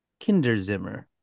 Kinderzimmer